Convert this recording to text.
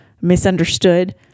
misunderstood